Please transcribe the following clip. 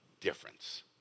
difference